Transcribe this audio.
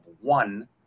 one